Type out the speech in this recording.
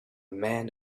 man